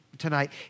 tonight